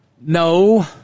no